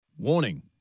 Warning